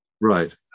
Right